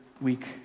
week